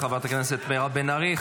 תודה לחברת הכנסת מירב בן ארי.